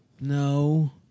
No